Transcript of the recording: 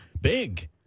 Big